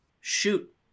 Shoot